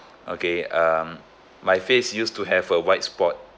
okay um my face used to have a white spot